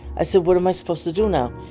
i said, what am i supposed to do now?